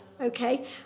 okay